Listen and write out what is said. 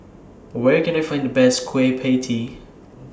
Where Can I Find The Best Kueh PIE Tee